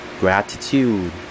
Gratitude